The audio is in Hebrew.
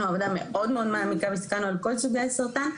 עבודה מאוד מאוד מעמיקה והסתכלנו את כל סוגי הסרטן,